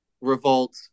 revolt